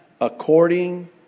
according